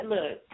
Look